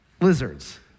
lizards